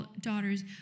daughters